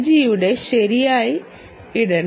ജിയുടെ ശരിയായി ഇടണം